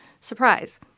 Surprise